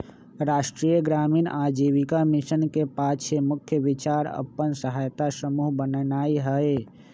राष्ट्रीय ग्रामीण आजीविका मिशन के पाछे मुख्य विचार अप्पन सहायता समूह बनेनाइ हइ